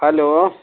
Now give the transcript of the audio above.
hello